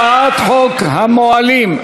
הצעת חוק המוהלים,